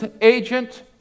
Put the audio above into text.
agent